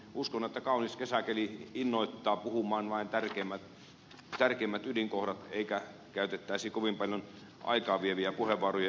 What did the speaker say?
uskon että kaunis kesäkeli innoittaa puhumaan vain tärkeimmät ydinkohdat eikä käytettäisi kovin paljon aikaavieviä puheenvuoroja